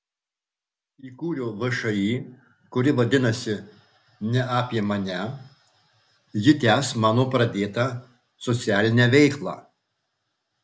įkūriau všį kuri vadinasi ne apie mane ji tęs mano pradėtą socialinę veiklą